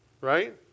right